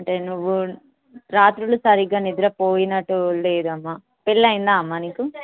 అంటే నువ్వు రాత్రిళ్ళు సరిగా నిద్ర పోయినట్టు లేదమ్మ పెళ్ళి అయిందా అమ్మ నీకు